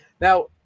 Now